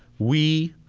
we,